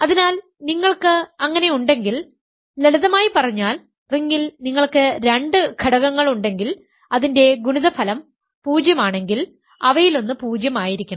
അതിനാൽ നിങ്ങൾക്ക് അങ്ങനെ ഉണ്ടെങ്കിൽ ലളിതമായി പറഞ്ഞാൽ റിംഗിൽ നിങ്ങൾക്ക് രണ്ട് ഘടകങ്ങൾ ഉണ്ടെങ്കിൽ അതിന്റെ ഗുണിതഫലം 0 ആണെങ്കിൽ അവയിലൊന്ന് 0 ആയിരിക്കണം